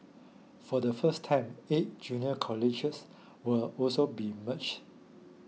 for the first time eight junior colleges will also be merge